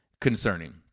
concerning